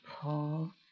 Paul